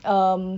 um